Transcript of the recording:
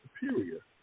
superior